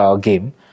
game